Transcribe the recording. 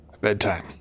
Bedtime